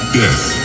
death